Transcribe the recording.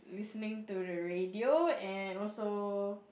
listening to the radio and also